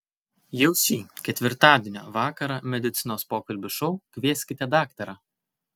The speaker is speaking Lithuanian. jau šį ketvirtadienio vakarą medicinos pokalbių šou kvieskite daktarą